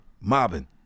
Mobbing